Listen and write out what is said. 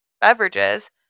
beverages